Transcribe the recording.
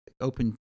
open